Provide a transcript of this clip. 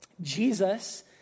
Jesus